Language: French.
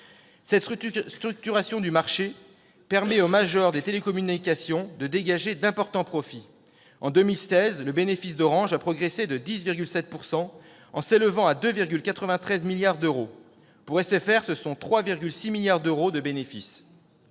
Cette structuration du marché permet aux majors des télécommunications de dégager d'importants profits. En 2016, le bénéfice d'Orange a progressé de 10,7 %, s'élevant à 2,93 milliards d'euros. Pour SFR, ce sont 3,6 milliards d'euros de bénéfice.